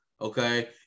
Okay